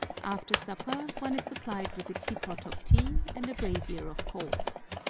after supper one is supplied with a teapot of tea and a brazier of coals.